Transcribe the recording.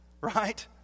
right